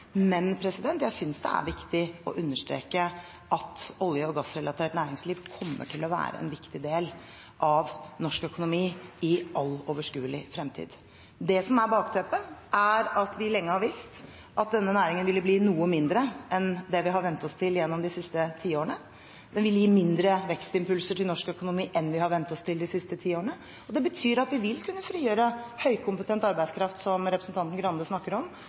men jeg synes det er viktig å understreke at olje- og gassrelatert næringsliv kommer til å være en viktig del av norsk økonomi i all overskuelig fremtid. Det som er bakteppet, er at vi lenge har visst at denne næringen ville bli noe mindre enn det vi har vent oss til gjennom de siste tiårene. Den vil gi mindre vekstimpulser til norsk økonomi enn vi har vent oss til de siste tiårene. Det betyr at vi vil kunne frigjøre høykompetent arbeidskraft, som representanten Skei Grande snakker om,